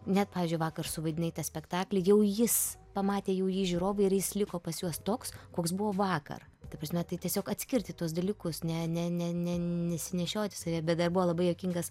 net pavyzdžiui vakar suvaidinai tą spektaklį jau jis pamatė jau jį žiūrovai ir jis liko pas juos toks koks buvo vakar ta prasme tai tiesiog atskirti tuos dalykus ne ne ne nesinešioti savy bet dar buvo labai juokingas